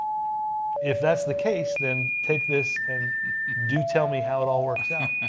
if that's the case, then take this and do tell me how it all works out.